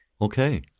Okay